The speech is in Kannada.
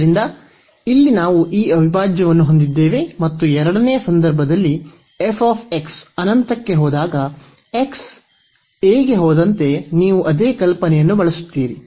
ಆದ್ದರಿಂದ ಇಲ್ಲಿ ನಾವು ಈ ಅವಿಭಾಜ್ಯವನ್ನು ಹೊಂದಿದ್ದೇವೆ ಮತ್ತು ಎರಡನೆಯ ಸಂದರ್ಭದಲ್ಲಿ ಅನಂತಕ್ಕೆ ಹೋದಾಗ ಎಕ್ಸ್ ಎ ಗೆ ಹೋದಂತೆ ನೀವು ಅದೇ ಕಲ್ಪನೆಯನ್ನು ಬಳಸುತ್ತೀರಿ